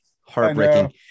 heartbreaking